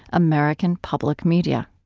american public media